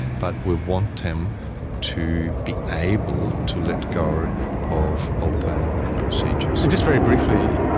but we want them to be able to let go of open procedures. and just very briefly,